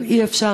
אבל אי-אפשר,